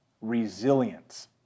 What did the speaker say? resilience